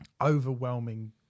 overwhelming